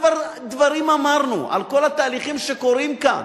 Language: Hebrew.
כבר כמה דברים אמרנו על כל התהליכים שקורים כאן.